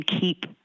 keep